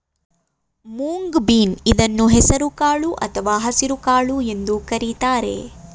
moong bean ಇದನ್ನು ಹೆಸರು ಕಾಳು ಅಥವಾ ಹಸಿರುಕಾಳು ಎಂದು ಕರಿತಾರೆ